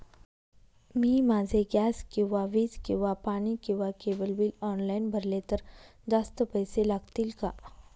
मी माझे गॅस किंवा वीज किंवा पाणी किंवा केबल बिल ऑनलाईन भरले तर जास्त पैसे लागतील का?